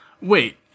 wait